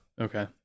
Okay